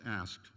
asked